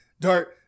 Dart